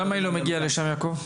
למה היא לא מגיעה לשם יעקב?